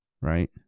Right